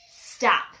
stop